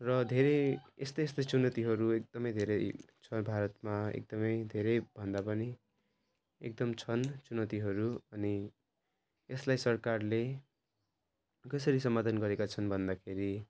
र धेरै यस्तै यस्तै चुनौतीहरू एकदमै धेरै छ भारतमा एकदमै धेरै भन्दा पनि एकदम छन् चुनौतीहरू अनि यसलाई सरकारले कसरी समाधान गरेका छन् भन्दाखेरि